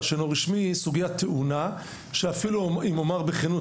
שאינו רשמי היא סוגיה טעונה שאפילו אם אומר בכנות,